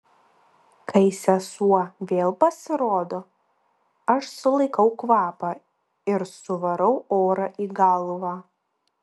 kai sesuo vėl pasirodo aš sulaikau kvapą ir suvarau orą į galvą